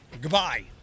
Goodbye